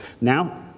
Now